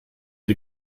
die